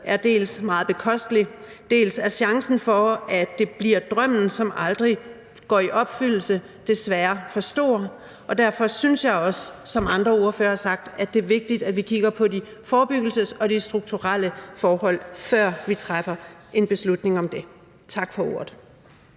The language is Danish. er dels meget bekostelig, dels er risikoen for, at det bliver drømmen, som aldrig går i opfyldelse, desværre for stor, og derfor synes jeg også, som andre ordførere har sagt, at det er vigtigt, at vi kigger på de forebyggelsesmæssige og strukturelle forhold, før vi træffer en beslutning om det. Tak for ordet.